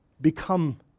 Become